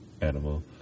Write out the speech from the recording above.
animal